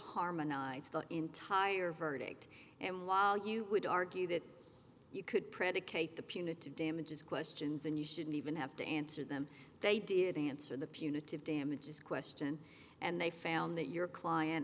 harmonize the entire verdict and while you would argue that you could predicate the punitive damages questions and you shouldn't even have to answer them they did answer the punitive damages question and they found that your client